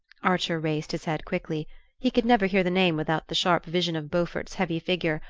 archer raised his head quickly he could never hear the name without the sharp vision of beaufort's heavy figure,